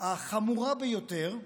החמורה ביותר,